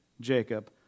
Jacob